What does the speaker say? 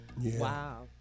Wow